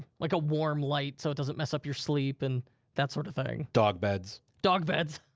like ah warm light, so it doesn't mess up your sleep, and that sort of thing. dog beds. dog beds.